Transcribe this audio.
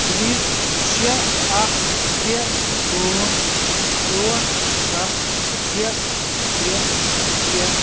please شےٚ اَکھ ترٛےٚ پانٛژھ ٲٹھ سَتھ شےٚ ترٛےٚ ترٛےٚ